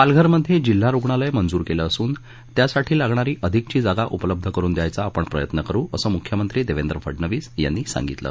पालघर मध्ये जिल्हा रुग्णालय मंजूर केलं असून त्यासाठी लागणारी अधिकची जागा उपलब्ध करुन द्यायचा आपण प्रयत्न करु असं मुख्यमंत्री देवेंद्र फडनवीस यांनी सांगितलं